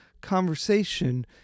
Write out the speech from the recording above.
conversation